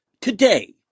today